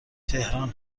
تهران